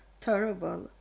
terrible